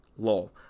lol